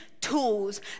tools